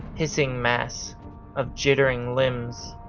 hissing mass of jittering limbs,